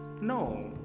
No